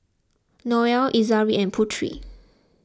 Noah Izara and Putri